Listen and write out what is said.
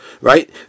Right